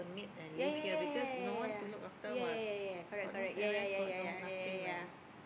ya ya ya ya ya ya ya ya ya ya correct correct ya ya ya ya ya ya ya